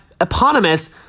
eponymous